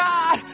God